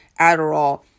Adderall